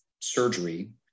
surgery